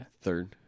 Third